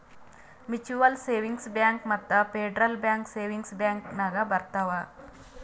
mutual savings bank ಮತ್ತ federal bank savings bank ನಾಗ್ ಬರ್ತಾವ್